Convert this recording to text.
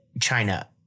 China